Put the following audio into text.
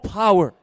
power